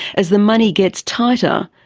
as the money gets tighter,